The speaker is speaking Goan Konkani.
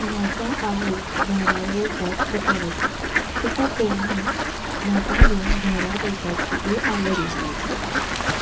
म्हज्या आवयक झाडां रोवपाक खूब आवडटा तिका पळोवनच म्हाका देखून झाडां रोवपाची आवड लागली